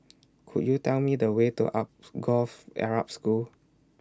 Could YOU Tell Me The Way to Alsagoff Arab School